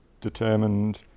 determined